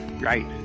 Right